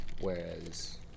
Whereas